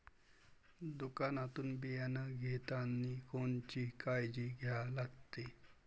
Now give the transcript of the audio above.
दुकानातून बियानं घेतानी कोनची काळजी घ्या लागते?